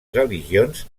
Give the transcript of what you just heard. religions